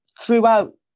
throughout